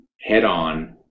head-on